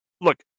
Look